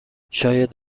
شاید